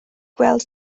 gweld